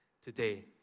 today